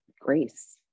grace